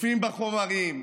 צופים בחומרים,